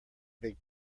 big